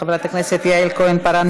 חברת הכנסת יעל כהן-פארן,